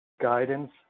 guidance